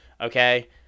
okay